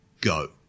Go